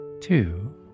two